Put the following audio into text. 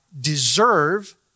deserve